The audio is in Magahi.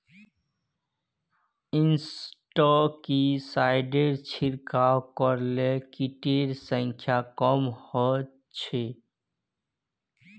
इंसेक्टिसाइडेर छिड़काव करले किटेर संख्या कम ह छ